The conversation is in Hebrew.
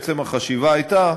בעצם החשיבה הייתה